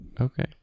Okay